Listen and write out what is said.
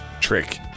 trick